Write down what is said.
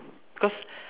cause